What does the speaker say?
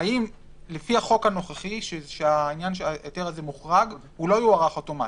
לפי החוק הנוכחי כשההיתר הזה מוחרג הוא לא יוארך אוטומטית.